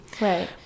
Right